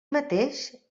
mateix